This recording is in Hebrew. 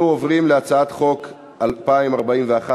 בעד, 34,